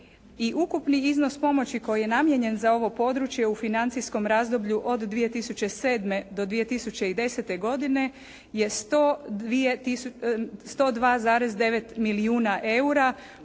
ukupni iznos pomoći koji je namijenjen za ovo područje u financijskom razdoblju od 2007. do 2010. godine je 102,9 milijuna eura,